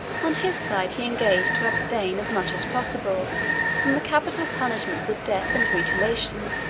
on his side he engaged to abstain as much as possible from the capital punishments of death and mutilation